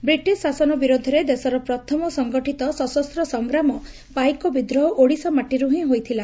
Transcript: British ଶାସନ ବିରୋଧରେ ଦେଶର ପ୍ରଥମ ସଂଗଠିତ ସଶସ୍ତ ସଂଗ୍ରାମ ପାଇକ ବିଦ୍ରୋହ ଓଡିଶା ମାଟିରୁ ହି ହୋଇଥିଲା